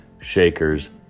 shakers